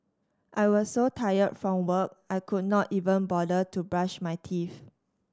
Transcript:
I was so tired from work I could not even bother to brush my teeth